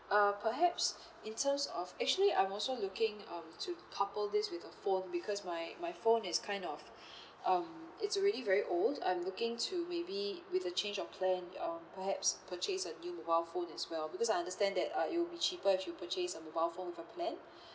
uh perhaps in terms of actually I'm also looking um to couple this with the phone because my my phone is kind of um it's really very old I'm looking to maybe with a change of plan or perhaps purchase a new mobile phone as well because I understand that uh it'll be cheaper if you purchase a mobile phone with a plan